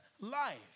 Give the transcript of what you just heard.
life